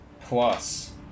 plus